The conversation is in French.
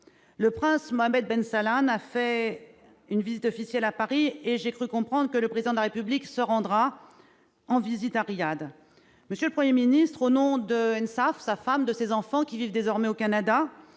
Le prince Mohammed ben Salmane achève aujourd'hui sa visite officielle à Paris. J'ai cru comprendre que le Président de la République se rendrait prochainement en visite à Riyad. Monsieur le Premier ministre, au nom de Ensaf, sa femme, et de ses enfants qui vivent désormais au Canada,